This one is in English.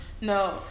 No